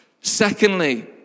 Secondly